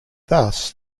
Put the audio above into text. thus